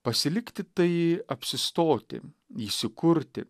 pasilikti tai apsistoti įsikurti